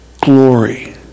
glory